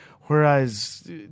Whereas